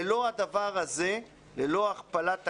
ללא הדבר הזה, ללא הכפלת הקרן,